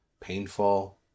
painful